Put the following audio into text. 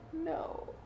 No